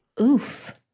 Oof